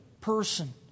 person